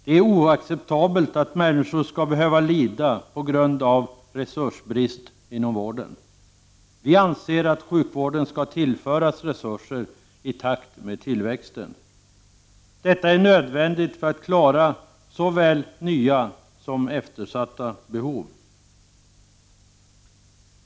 Det är oacceptabelt att människor skall behöva lida på grund av resursbrist inom vården. Vi anser att sjukvården skall tillföras resurser i takt med tillväxten. Detta är nödvändigt för att vi skall kunna klara såväl nya som gamla eftersatta behov.